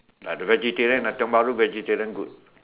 like the vegetarian ah Tiong-Bahru vegetarian good